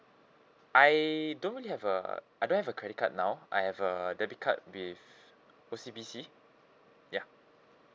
I don't have a I don't have a credit card now I have a debit card with O_C_B_C ya